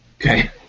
Okay